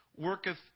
worketh